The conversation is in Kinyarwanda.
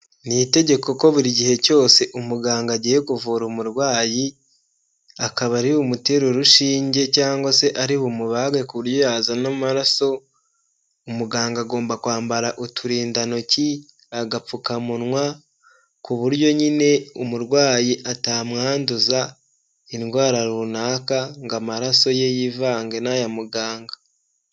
Ni itegeko ko buri gihe cyose umuganga agiye kuvura umurwayi akaba ari umute urushinge cyangwa se ari bumubage ku buryo yazana amaraso, umuganga agomba kwambara uturindantoki, agapfukamunwa ku buryo nyine umurwayi atamwanduza indwara runaka ngo amaraso ye yivange n'aya muganga.